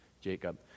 Jacob